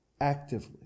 actively